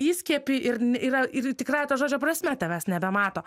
įskiepį ir yra ir tikrąja to žodžio prasme tavęs nebemato